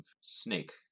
snake